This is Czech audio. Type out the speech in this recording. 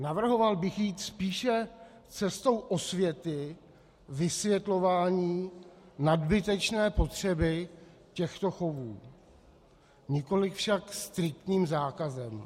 Navrhoval bych jít spíše cestou osvěty, vysvětlování nadbytečné potřeby těchto chovů, nikoliv však striktním zákazem.